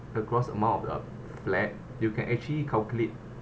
across amount of the flat you can actually calculate